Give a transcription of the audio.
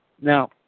Now